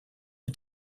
for